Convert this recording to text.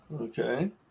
Okay